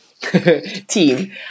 team